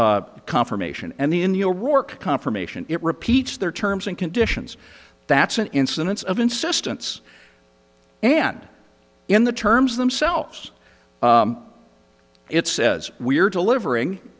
target confirmation and the in your work confirmation it repeats their terms and conditions that's an incidence of insistence and in the terms themselves it says we are delivering